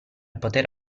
poter